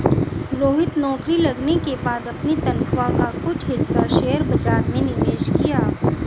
रोहित नौकरी लगने के बाद अपनी तनख्वाह का कुछ हिस्सा शेयर बाजार में निवेश किया